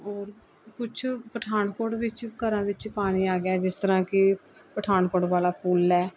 ਔਰ ਕੁਛ ਪਠਾਨਕੋਟ ਵਿੱਚ ਘਰਾਂ ਵਿੱਚ ਪਾਣੀ ਆ ਗਿਆ ਜਿਸ ਤਰ੍ਹਾਂ ਕਿ ਪਠਾਨਕੋਟ ਵਾਲਾ ਪੁੱਲ ਹੈ